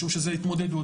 משום שזו התמודדות,